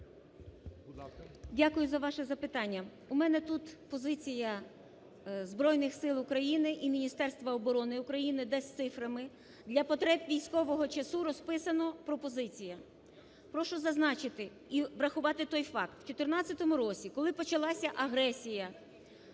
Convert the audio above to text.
Дякую за ваше запитання. У мене тут позиція Збройних Сил України і Міністерства оборони України, де з цифрами, для потреб військового часу, розписано пропозиції. Прошу зазначити і врахувати той факт, в 14-му році, коли почалася агресія